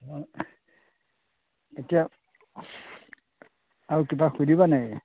অঁ এতিয়া আৰু কিবা সুধিবা নেকি